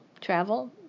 travel